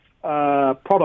product